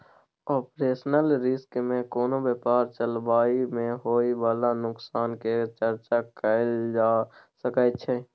operational risk में कोनो व्यापार चलाबइ में होइ बाला नोकसान के चर्चा करल जा सकइ छइ